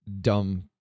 dumb